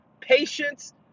patience